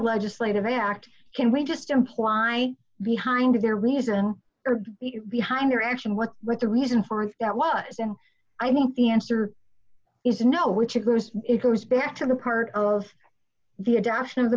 legislative act can we just imply behind their reasoning behind their action what's right the reason for that was and i think the answer is no which of those it goes back to the part of the adoption of the